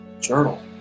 Journal